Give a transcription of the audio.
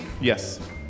Yes